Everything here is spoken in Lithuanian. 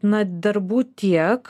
na darbų tiek